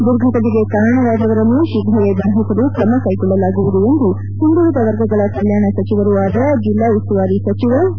ದುರ್ಘಟನೆಗೆ ಕಾರಣರಾದವರನ್ನು ಶೀಘ್ರವೇ ಬಂಧಿಸಲು ಕ್ರಮ ಕೈಗೊಳ್ಳಲಾಗುವುದು ಎಂದು ಹಿಂದುಳದ ವರ್ಗಗಳ ಕಲ್ಯಾಣ ಸಚಿವರೂ ಆದ ಜಿಲ್ಲಾ ಉಸ್ತುವಾರಿ ಸಚಿವ ಸಿ